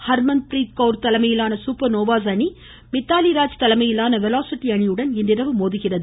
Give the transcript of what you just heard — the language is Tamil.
ஹர்மந்த் ப்ரீத் கவுர் தலைமையிலான சூப்பர் நோவாஸ் அணி மித்தாலிராஜ் தலைமையிலான வெலாஸிட்டி அணியுடன் இன்றிரவு மோதுகிறது